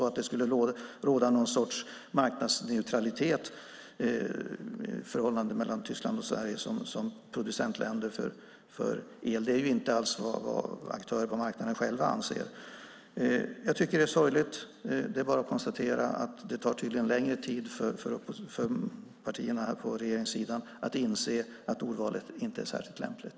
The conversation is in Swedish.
Att det skulle råda någon sorts marknadsneutralitet mellan Tyskland och Sverige som elproducentländer är inte alls vad aktörerna på marknaden själva anser. Jag tycker att det här är sorgligt, och det är bara att konstatera att det tydligen tar längre tid för partierna på regeringssidan att inse att ordvalet inte är särskilt lämpligt.